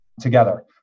together